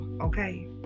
okay